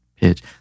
pitch